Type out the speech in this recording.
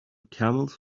camels